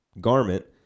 garment